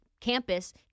campus